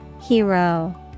Hero